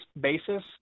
basis